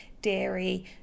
dairy